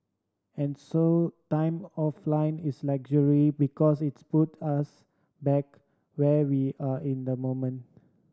and so time offline is a luxury because it put us back where we are in the moment